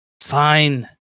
Fine